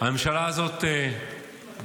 הממשלה הזאת בחרה,